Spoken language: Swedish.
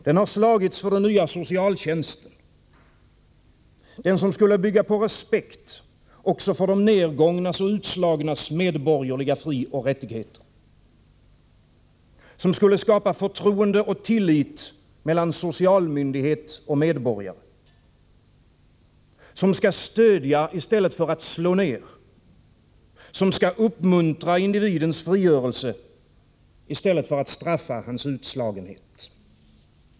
Den har slagits för den nya socialtjänsten — den som skulle byggas på respekt också för de nergångna och utslagnas medborgerliga frioch rättigheter, som skulle skapa förtroende och tillit mellan socialmyndighet och medborgare, som skulle stödja i stället för att slå ner, som skulle uppmuntra individens frigörelse i stället för att straffa hans utslagenhet.